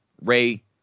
Ray